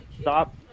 Stop